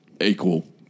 equal